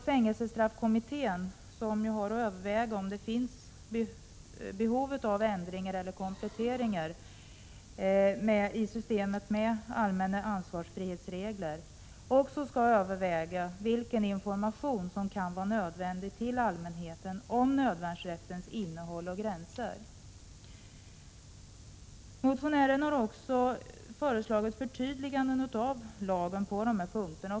Fängelsestraffkommittén, som har att överväga om det finns behov av ändringar eller kompletteringar i systemet med allmänna ansvarsfrihetsregler, skall också överväga vilken information om nödvärnsrättens innehåll och gränser till allmänheten som kan behövas. Motionären har också föreslagit förtydliganden i lagen på dessa punkter.